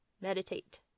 meditate